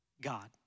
God